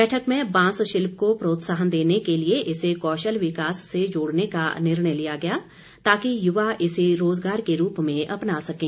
बैठक में बांस शिल्प को प्रोत्साहन देने के लिए इसे कौशल विकास से जोड़ने का निर्णय लिया गया ताकि युवा इसे रोजगार के रूप में अपना सकें